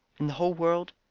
in the whole world?